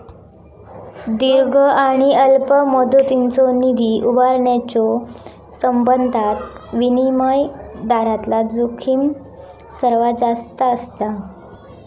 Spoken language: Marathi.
दीर्घ आणि अल्प मुदतीचो निधी उभारण्याच्यो संबंधात विनिमय दरातला जोखीम सर्वात जास्त असता